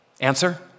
Answer